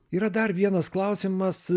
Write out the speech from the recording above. yra dar vienas klausimas